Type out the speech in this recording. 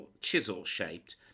chisel-shaped